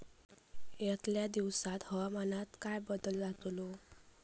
यतल्या दिवसात हवामानात काय बदल जातलो?